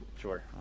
sure